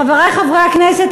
חברי חברי הכנסת,